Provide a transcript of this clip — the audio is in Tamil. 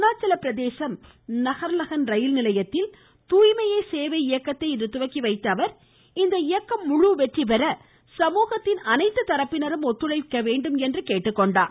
அருணாச்சலப் பிரதேசம் நகர்லஹன் ரயில் நிலையத்தில் தூய்மையே சேவை இயக்கத்தை இன்று தொடங்கி வைத்த அவர் இந்த இயக்கம் முழு வெற்றி பெற சமூகத்தின் அனைத்து தரப்பினரும் ஒத்துழைக்க வேண்டும் கேட்டுக்கொண்டார்